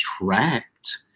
attract